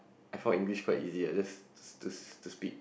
I found English quite easy lah just to to to speak